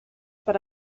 per